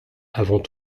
avant